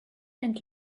and